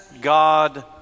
God